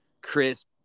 crisp